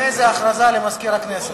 הכרזה למזכיר הכנסת.